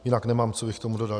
Jinak nemám, co bych k tomu dodal.